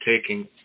taking